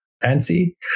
fancy